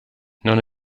non